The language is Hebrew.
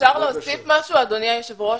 אפשר להוסיף משהו אדוני היושב ראש?